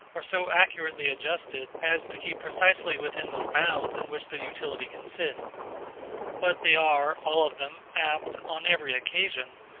are so accurately adjusted, as to keep precisely within those bounds in which their utility consists but they are, all of them, apt, on every occasion,